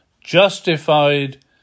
justified